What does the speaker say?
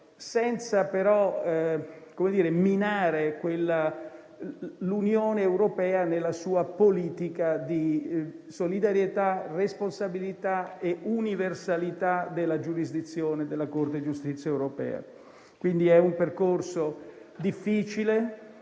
senza però minare l'Unione europea nella sua politica di solidarietà, responsabilità e universalità della giurisdizione della Corte di giustizia. Si tratta, quindi, di un percorso difficile